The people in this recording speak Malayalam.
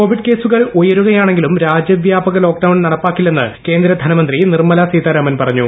കോവിഡ് കേസുകൾ ഉയരുകയാണെങ്കിലും രാജ്യവ്യാപക ലോക്ഡൌൺ നടപ്പിലാക്കില്ലെന്ന് കേന്ദ്ര ധനമന്ത്രി നിർമ്മലാ സീതാരാമൻ പറഞ്ഞു